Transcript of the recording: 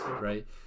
right